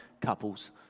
Couples